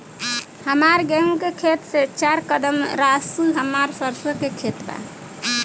हमार गेहू के खेत से चार कदम रासु हमार सरसों के खेत बा